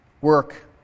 work